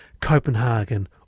Copenhagen